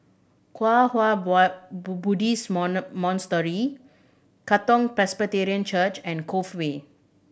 Kwang Hua Boy Buddhist Monastery Katong Presbyterian Church and Cove Way